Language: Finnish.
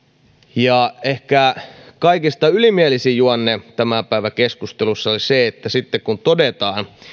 ehkä kaikista ylimielisin juonne tämän päivän keskustelussa oli se että todetaan ihmiselle että mene toimeentulotukiluukulle kun todetaan